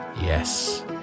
Yes